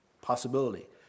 possibility